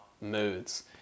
moods